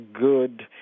good